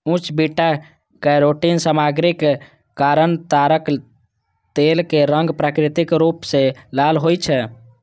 उच्च beta carotene सामग्रीक कारण ताड़क तेल के रंग प्राकृतिक रूप सं लाल होइ छै